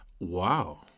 Wow